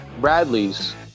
Bradley's